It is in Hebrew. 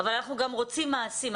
אבל אנחנו גם רוצים מעשים,